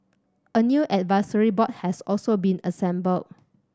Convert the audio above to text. a new advisory board has also been assembled